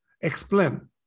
explain